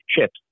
chips